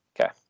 Okay